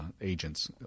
agents